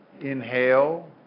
inhale